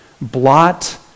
blot